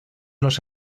los